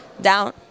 Down